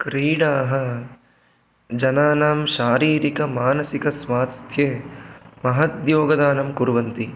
क्रीडाः जनानां शारीरिक मानसिक स्वास्थ्ये महद्योगदानं कुर्वन्ति